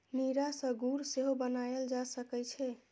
नीरा सं गुड़ सेहो बनाएल जा सकै छै